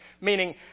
meaning